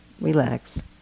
Relax